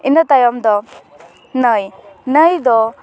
ᱤᱱᱟᱹ ᱛᱟᱭᱚᱢ ᱫᱚ ᱱᱟᱹᱭ ᱱᱟᱹᱭ ᱫᱚ